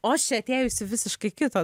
o aš čia atėjusi visiškai kito